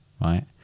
right